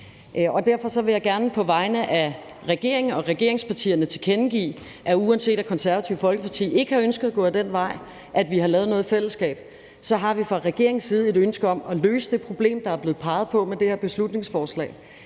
Derfor vil jeg gerne på vegne af regeringen og regeringspartierne tilkendegive, at uanset Det Konservative Folkeparti ikke har ønsket at gå den vej, nemlig at lave noget i fællesskab, har vi fra regeringens side et ønske om at løse det problem, der er blevet peget på med det her beslutningsforslag.